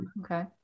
Okay